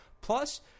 plus